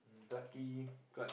Clarke-Quay